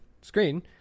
screen